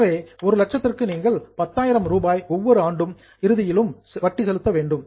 எனவே 1 லட்சத்திற்கு நீங்கள் 10000 ரூபாய் ஒவ்வொரு ஆண்டு இறுதியிலும் வட்டி செலுத்த வேண்டும்